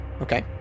Okay